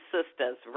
Sisters